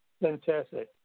Fantastic